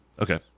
Okay